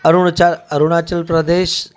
Arun Arunachal Pradesh